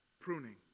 Pruning